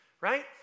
right